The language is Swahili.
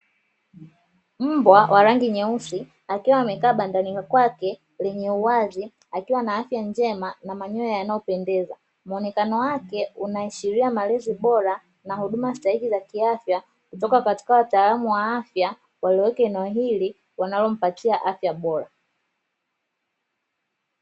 Mbwa wa rangi nyeusi, akiwa amekaa bandani mwake lenye uwazi, akiwa na afya njema na manyoya yanayopendeza. Muonekano wake unaashiria malezi bora na huduma stahiki za kiafya kutoka katika utaalamu wa afya walioko eneo hii wanaompatia afya bora.